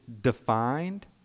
defined